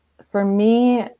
for me,